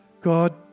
God